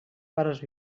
pares